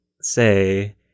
say